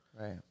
Right